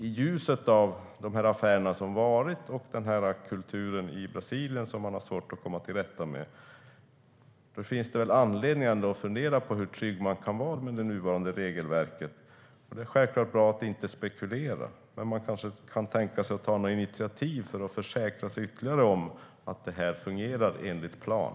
I ljuset av de affärer som har gjorts och kulturen i Brasilien som man har svårt att komma till rätta med finns det väl anledning att fundera över hur trygg man kan vara med det nuvarande regelverket. Det är självklart bra att inte spekulera, men man kan kanske tänka sig att ta något initiativ för att ytterligare försäkra sig om att det fungerar enligt plan.